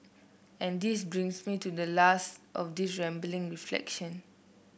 and this brings me to the last of these rambling reflection